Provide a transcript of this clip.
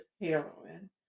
heroin